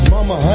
Mama